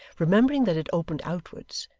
remembering that it opened outwards,